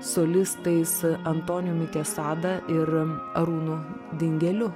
solistais antonijumi kesada ir arūnu dingeliu